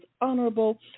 honorable